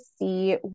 see